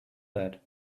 that